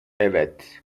evet